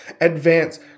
Advance